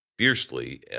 fiercely